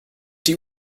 die